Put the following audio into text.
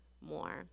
more